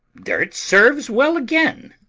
there't serves well again.